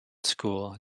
school